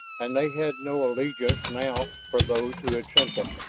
and they had no allegiance now for those who had sent them.